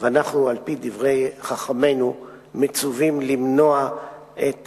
ואנחנו על-פי דברי חכמינו מצווים למנוע את